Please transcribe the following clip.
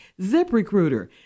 ZipRecruiter